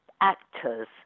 actors